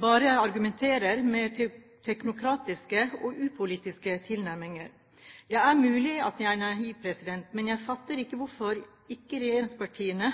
bare argumenteres med teknokratiske og upolitiske tilnærminger. Det er mulig at jeg er naiv, men jeg fatter ikke hvorfor ikke regjeringspartiene